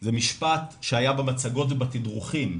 זה משפט שהיה במצגות ובתדרוכים,